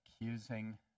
accusing